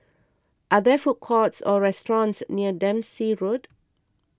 are there food courts or restaurants near Dempsey Road